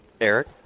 Eric